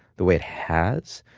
the way it has?